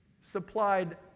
supplied